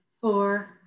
four